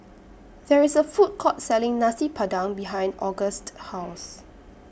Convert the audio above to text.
There IS A Food Court Selling Nasi Padang behind Auguste's House